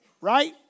right